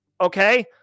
Okay